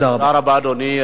תודה רבה, אדוני.